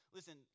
Listen